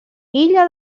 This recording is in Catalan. illa